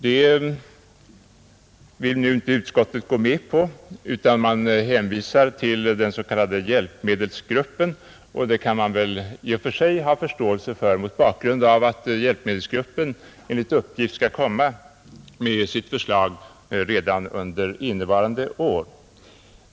Det vill nu utskottet inte gå med på, utan man hänvisar till den s.k. hjälpmedelsgruppen, och det kan jag väl i och för sig ha förståelse för mot bakgrund av att hjälpmedelsgruppen enligt uppgift skall komma med sitt förslag redan under innevarande år.